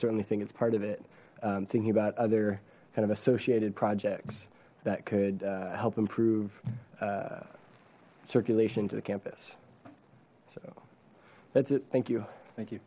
certainly think it's part of it thinking about other kind of associated projects that could help improve circulation to the campus so that's it thank you thank you